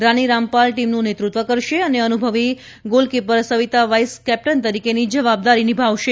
રાનીરામપાલ ટીમનું નેતૃત્વ કરશે અને અનભુવી ગોલકિપર સવિતા વાઇસ કેપ્ટન તરીકેની જવાબદારી નિભાવશે